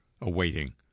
awaiting